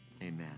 amen